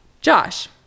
josh